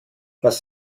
was